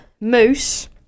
Moose